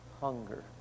hunger